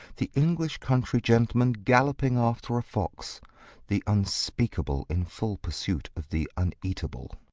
the english country gentleman galloping after a fox the unspeakable in full pursuit of the uneatable.